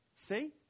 See